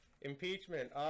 Impeachment